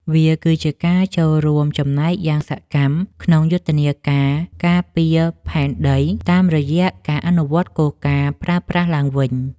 វាគឺជាការចូលរួមចំណែកយ៉ាងសកម្មក្នុងយុទ្ធនាការការពារផែនដី តាមរយៈការអនុវត្តគោលការណ៍ ប្រើប្រាស់ឡើងវិញ។